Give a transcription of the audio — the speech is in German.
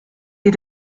ihr